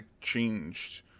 changed